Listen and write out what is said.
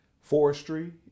forestry